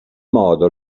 modo